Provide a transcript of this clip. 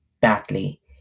badly